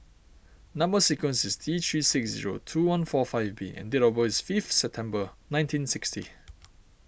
Number Sequence is T three six zero two one four five B and date of birth is five September nineteen sixty